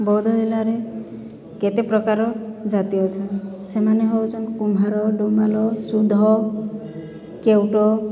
ବୌଦ୍ଧ ଜିଲ୍ଲାରେ କେତେ ପ୍ରକାର ଜାତି ଅଛନ୍ ସେମାନେ ହଉଛନ୍ କୁମ୍ଭାର ଡୁମ୍ବାଲ ସୁଦ୍ଧ କେଉଟ